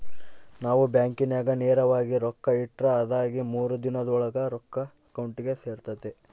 ನಾವು ಬ್ಯಾಂಕಿನಾಗ ನೇರವಾಗಿ ರೊಕ್ಕ ಇಟ್ರ ಅದಾಗಿ ಮೂರು ದಿನುದ್ ಓಳಾಗ ರೊಕ್ಕ ಅಕೌಂಟಿಗೆ ಸೇರ್ತತೆ